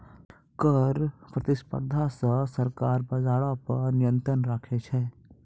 कर प्रतिस्पर्धा से सरकार बजारो पे नियंत्रण राखै छै